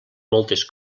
moltes